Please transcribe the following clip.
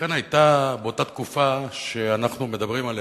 ולכן היתה באותה תקופה שאנחנו מדברים עליה,